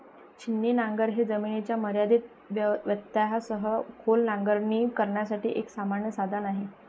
छिन्नी नांगर हे जमिनीच्या मर्यादित व्यत्ययासह खोल नांगरणी करण्यासाठी एक सामान्य साधन आहे